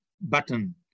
button